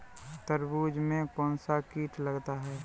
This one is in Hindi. तरबूज में कौनसा कीट लगता है?